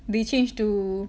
they change to